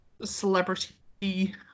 celebrity